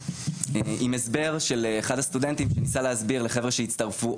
עם הסבר של אחד הסטודנטים שניסה להסביר עוד לחבר'ה שהצטרפו